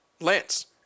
Lance